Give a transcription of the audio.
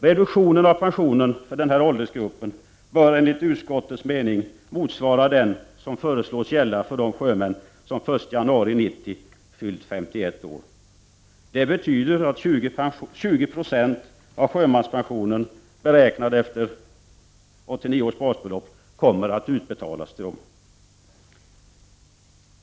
Reduktionen av pensionen för denna åldersgrupp bör enligt utskottets mening motsvara den som föreslås gälla för de sjömän som den 1 januari 1990 fyllt 51 år. Det betyder att 20 96 av sjömanspensionen, beräknad efter 1989 års basbelopp, kommer att utbetalas.